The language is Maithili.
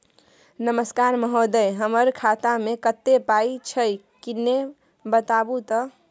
नमस्कार महोदय, हमर खाता मे कत्ते पाई छै किन्ने बताऊ त?